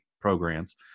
programs